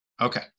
Okay